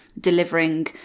delivering